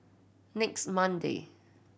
next Monday